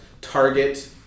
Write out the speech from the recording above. Target